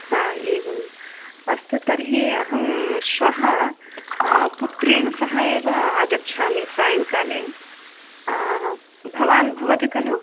हा एवम् अस्तु तर्हि अहं श्वः पुत्रेण सह एव आगच्छामि सायङ्काले भवान् भवति खलु